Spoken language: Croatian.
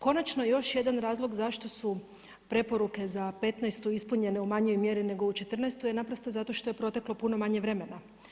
Konačno još jedan razlog zašto su preporuke za '15. ispunjene u manjoj mjeri nego u '14. je naprosto zato što je proteklo puno manje vremena.